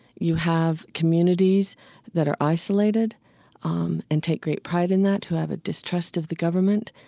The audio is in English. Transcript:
you have communities that are isolated um and take great pride in that, who have a distrust of the government,